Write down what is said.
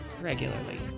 Regularly